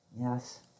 Yes